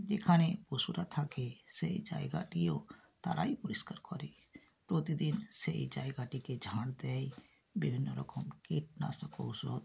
যেখানে পশুরা থাকে সেই জায়গাটিও তারাই পরিষ্কার করে প্রতিদিন সেই জায়গাটিকে ঝাঁট দেয় বিভিন্ন রকম কীটনাশক ঔষধ